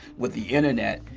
with the internet,